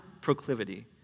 proclivity